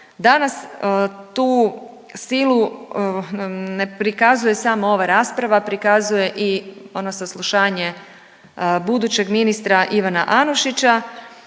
Danas tu silu ne prikazuje samo ova rasprava, prikazuje i ono saslušanje budućeg ministra Ivana Anušića.